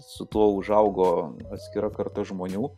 su tuo užaugo atskira karta žmonių